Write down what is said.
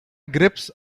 grips